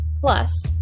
Plus